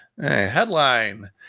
Headline